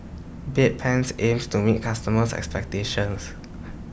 Bedpans aims to meet customers' expectations